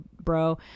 bro